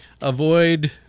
Avoid